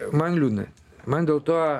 man liūdna man dėl to